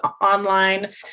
online